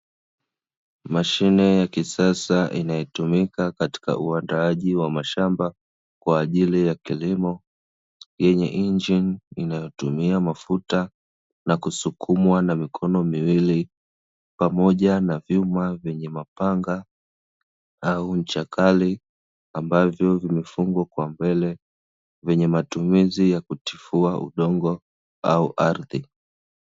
Mashine ya kisasa inayotumika katika uuandaaji wa mashamba kwa ajili ya kilimo, yenye injini inayotumia mafuta na kusukumwa na mikono miwili, pamoja na vyuma vyenye mapanga au ncha kali ambavyo vimefungwa kwambele, vyenye matumizi ya ya kutifua udongo au ardhi.